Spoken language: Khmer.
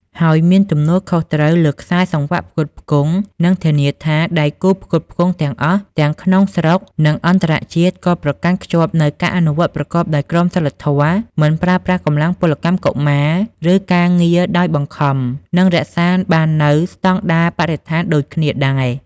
ហើយមានទំនួលខុសត្រូវលើខ្សែសង្វាក់ផ្គត់ផ្គង់ និងធានាថាដៃគូផ្គត់ផ្គង់ទាំងអស់ ទាំងក្នុងស្រុក និងអន្តរជាតិ ក៏ប្រកាន់ខ្ជាប់នូវការអនុវត្តប្រកបដោយក្រមសីលធម៌ មិនប្រើប្រាស់កម្លាំងពលកម្មកុមារ ឬការងារដោយបង្ខំ និងរក្សាបាននូវស្តង់ដារបរិស្ថានដូចគ្នាដែរ។